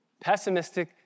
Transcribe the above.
Pessimistic